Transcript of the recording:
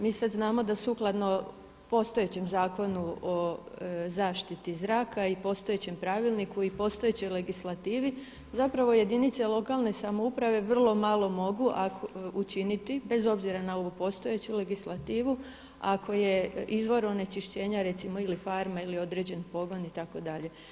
Mi sada znamo da sukladno postojećem Zakonu o zaštiti zraka i postojećem pravilniku i postojećoj legislativi zapravo jedinice lokalne samouprave vrlo malo mogu učiniti bez obzira na ovu postojeću legislativu ako je izvor onečišćenja recimo ili farma ili određeni pogon itd.